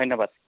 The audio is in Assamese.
ধন্যবাদ